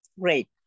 Great